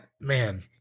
man